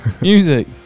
music